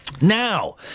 Now